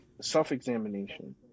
self-examination